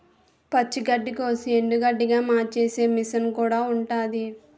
పచ్చి గడ్డికోసి ఎండుగడ్డిగా మార్చేసే మిసన్ కూడా ఉంటాది